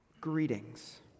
greetings